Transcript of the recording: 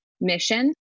mission